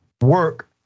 work